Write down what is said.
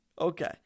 Okay